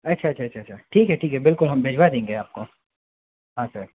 अच्छा अच्छा अच्छा अच्छा ठीक है बिल्कुल हम भिजवा देंगे आपको हाँ सर